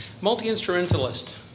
Multi-instrumentalist